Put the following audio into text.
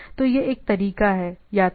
तो यह एक तरीका है या तो यह या यह